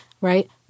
right